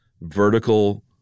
vertical